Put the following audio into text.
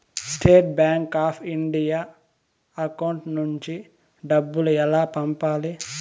State bank of India account నుంచి డబ్బులు ఎలా పంపాలి?